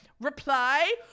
Reply